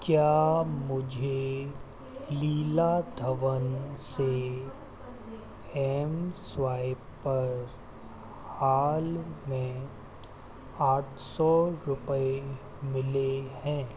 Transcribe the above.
क्या मुझे लीला धवन से एम स्वाइप पर हाल में आठ सौ रुपये मिले हैं